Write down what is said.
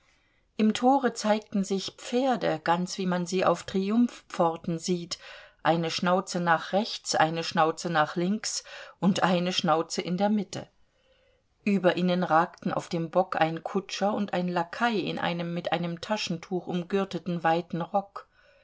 im tore zeigten sich pferde ganz wie man sie auf triumphpforten sieht eine schnauze nach rechts eine schnauze nach links und eine schnauze in der mitte über ihnen ragten auf dem bock ein kutscher und ein lakai in einem mit einem taschentuch umgürteten weiten rock